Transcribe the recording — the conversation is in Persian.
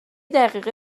دقیقه